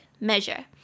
measure